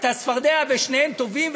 את הצפרדע, ושניהם טובעים.